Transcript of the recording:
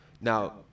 now